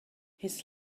his